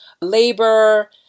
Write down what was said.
labor